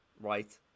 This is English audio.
right